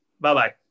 Bye-bye